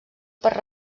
per